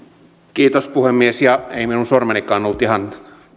kiitos puhemies ja ei minun sormenikaan ollut ihan